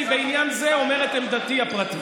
אני בעניין זה אומר את עמדתי הפרטית.